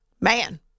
Man